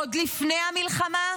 עוד לפני המלחמה?